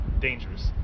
dangerous